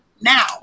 now